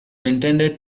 intended